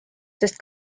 sest